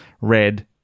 red